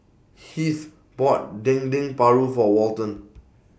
Heath bought Dendeng Paru For Walton